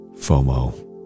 FOMO